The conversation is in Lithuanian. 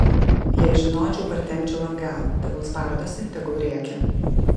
jei žinočiau partempčiau atgal tegul spardosi tegul rėkia